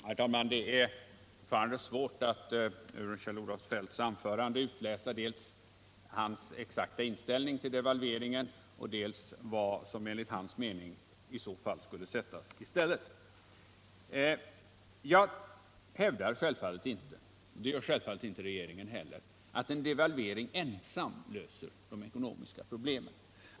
Herr talman! Det är fortfarande svårt att ur Kjell-Olof Feldts anförande utläsa dels hans exakta inställning till devalveringen, dels vad som enligt hans mening i den situationen skulle sättas in. Jag hävdar självfallet inte — och det gör inte regeringen heller — att en devalvering ensam löser de ekonomiska problemen.